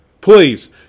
Please